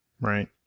Right